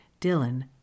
Dylan